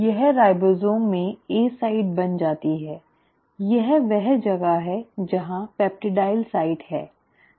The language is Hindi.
यह राइबोसोम में ए साइट बन जाती है यह वह जगह है जहां पेप्टिडाइल साइट है